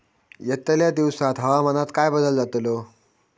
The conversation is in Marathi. यतल्या दिवसात हवामानात काय बदल जातलो?